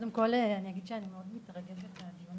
קודם כל אני אגיד שאני מאוד מתרגשת מעצם הקיום של הדיון